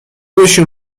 بشین